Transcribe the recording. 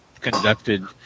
conducted